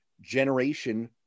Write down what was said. generation